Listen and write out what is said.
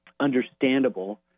understandable